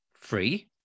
free